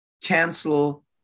cancel